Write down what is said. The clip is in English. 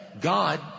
God